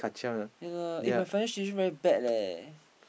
ya leh eh my financial situation very bad leh